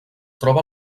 troba